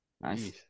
Nice